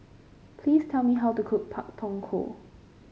please tell me how to cook Pak Thong Ko